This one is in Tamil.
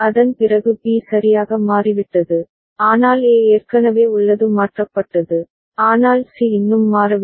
அதன் பிறகு B சரியாக மாறிவிட்டது ஆனால் A ஏற்கனவே உள்ளது மாற்றப்பட்டது ஆனால் சி இன்னும் மாறவில்லை